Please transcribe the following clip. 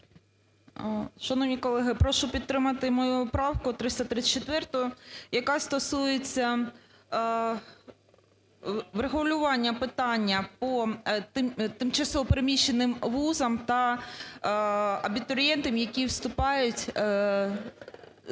Шановні колеги, прошу підтримати мою правку 334, яка стосується врегулювання питання по тимчасово переміщеним вузам та абітурієнтам, які вступають з тимчасово